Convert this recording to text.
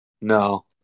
No